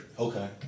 Okay